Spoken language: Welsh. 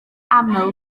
aml